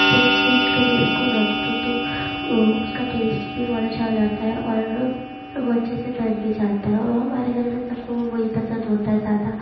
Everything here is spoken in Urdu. دس منٹ کے لیے اس کو رکھ دو تو اس کا ٹیسٹ بھی بہت اچھا ہو جاتا ہے اور وہ وہ اچھے سے بن بھی جاتا ہے اور ہمارے گھر میں سب کو وہی پسند ہوتا ہے زیادہ